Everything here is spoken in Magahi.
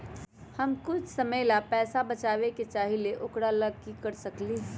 हम कुछ समय ला पैसा बचाबे के चाहईले ओकरा ला की कर सकली ह?